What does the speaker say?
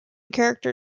character